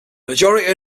majority